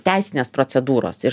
teisinės procedūros ir